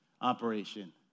operation